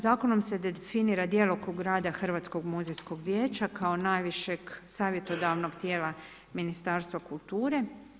Zakonom se definira djelokrug rada Hrvatskog muzejskog vijeća kao najvišeg savjetodavnog tijela Ministarstva kulture.